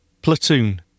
Platoon